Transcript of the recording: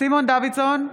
סימון דוידסון,